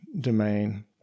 domain